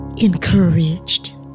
encouraged